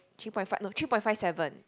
three point five no three point five seven